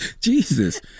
Jesus